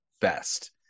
best